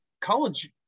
college